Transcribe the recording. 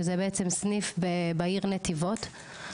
שזה בעצם סניף בעיר נתיבות,